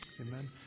Amen